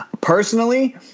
personally